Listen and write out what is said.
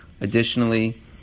Additionally